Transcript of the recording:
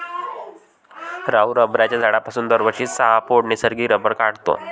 राहुल रबराच्या झाडापासून दरवर्षी सहा पौंड नैसर्गिक रबर काढतो